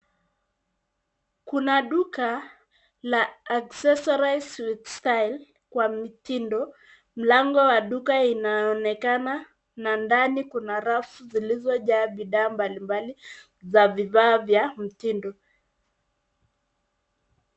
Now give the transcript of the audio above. Kuna duka la Accesorize with Style kwa mitindo. Mlango wa duka inaonekana na ndani kuna rafu zilizojaa bidhaa mbalimbali za vifaa vya mitindo.